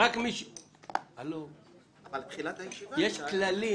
אבל תחילת הישיבה היא ב-11:30.